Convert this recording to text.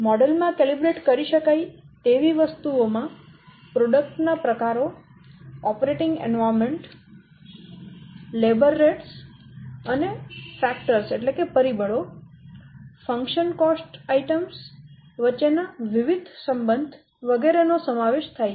model માં calibrate કરી શકાય તેવી વસ્તુઓ માં પ્રોડક્ટ નાં પ્રકારો ઓપરેટિંગ વાતાવરણ મજૂર દર અને પરિબળો ફંક્શન કોસ્ટ આઈટમ્સ વચ્ચેના વિવિધ સંબંધ વગેરે નો સમાવેશ થાય છે